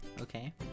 okay